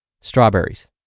strawberries